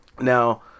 Now